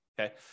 okay